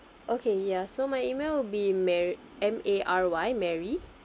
okay ya so my email will be mar~ M A R Y mary